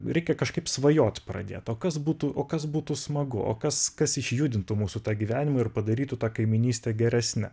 reikia kažkaip svajot pradėto kas būtų o kas būtų smagu o kas kas išjudintų mūsų gyvenimui ir padarytų tą kaimynystę geresne